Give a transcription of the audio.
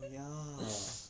oh ya